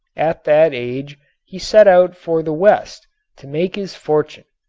at that age he set out for the west to make his fortune.